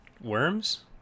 worms